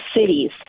cities